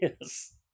Yes